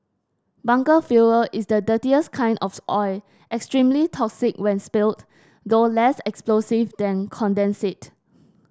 bunker fuel is the dirtiest kind of oil extremely toxic when spilled though less explosive than condensate